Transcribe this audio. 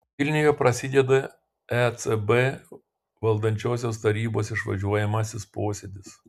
vilniuje prasideda ecb valdančiosios tarybos išvažiuojamasis posėdis